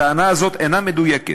הטענה הזאת אינה מדויקת.